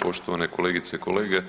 Poštovane kolegice i kolege,